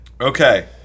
okay